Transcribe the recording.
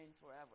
forever